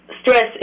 stress